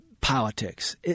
politics